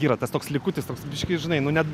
yra tas toks likutis toks biškį žinai nu ne